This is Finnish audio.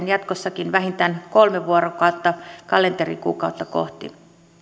jatkossakin vähintään kolme vuorokautta kalenterikuukautta kohti